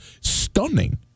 Stunning